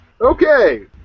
Okay